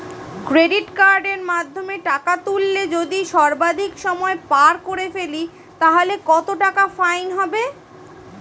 Credit কার্ডের মাধ্যমে টাকা তুললে যদি সর্বাধিক সময় পার করে ফেলি তাহলে কত টাকা ফাইন হবে?